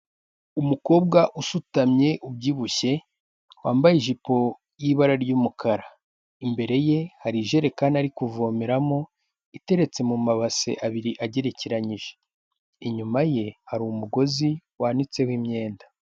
Umukobwa usutamye ubyibushye, wambaye ijipo y'ibara ry'umukara, imbere ye hari ijerekani ari kuvomeramo iteretse mu mabase abiri agerekeranyije, inyuma ye hari umugozi wanitseho imyenda.